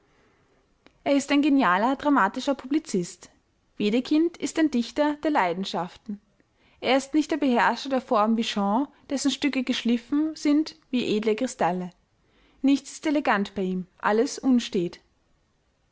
er ist ein genialer dramatischer publicist wedekind ist ein dichter der leidenschaften er ist nicht der beherrscher der form wie shaw dessen stücke geschliffen sind wie edle kristalle nichts ist elegant bei ihm alles unstät